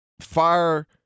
fire